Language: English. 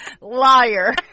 Liar